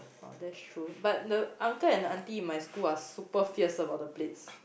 oh that's true but the uncle and auntie in my school are super fierce about the plates